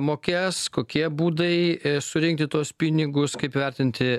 mokės kokie būdai surinkti tuos pinigus kaip vertinti